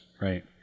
Right